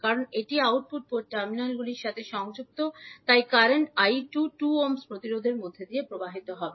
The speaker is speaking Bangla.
কারণ এটি আউটপুট পোর্টের টার্মিনালগুলির সাথে সংযুক্ত তাই কারেন্ট 𝐈2 2 ওহম প্রতিরোধের মধ্য দিয়ে প্রবাহিত হবে